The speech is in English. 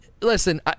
Listen